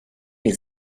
les